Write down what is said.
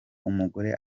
umugore